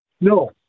No